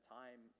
time